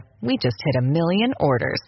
we-just-hit-a-million-orders